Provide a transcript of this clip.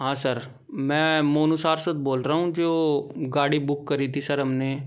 हाँ सर मैं मोनू सारस्वत बोल रहा हूँ जो गाड़ी बुक करी थी सर हमने